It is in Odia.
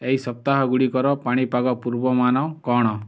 ଏହି ସପ୍ତାହଗୁଡ଼ିକର ପାଣିପାଗ ପୂର୍ବମାନ କ'ଣ